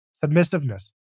submissiveness